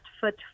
Foot